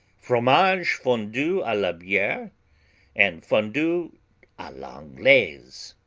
fromage fondue a la biere and fondue a l'anglaise.